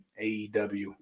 AEW